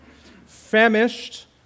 Famished